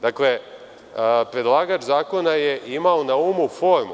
Dakle, predlagač zakona je imao na umu formu.